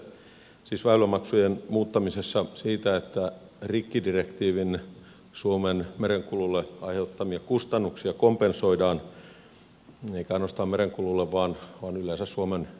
tässä väylämaksujen muuttamisessahan on kyse siitä että rikkidirektiivin suomen merenkululle aiheuttamia kustannuksia kompensoidaan eikä ainoastaan merenkululle vaan yleensä suomen vientiteollisuudelle